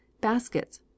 baskets